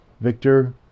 Victor